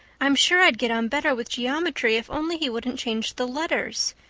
i'm sure i'd get on better with geometry if only he wouldn't change the letters,